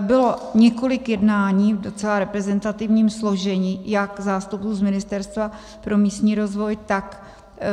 Bylo několik jednání v celém reprezentativním složení jak zástupců z Ministerstva pro místní rozvoj, tak